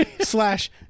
slash